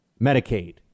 Medicaid